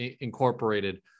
incorporated